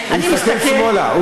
הוא הסתכל שמאלה.